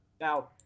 Now